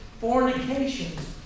fornications